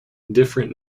different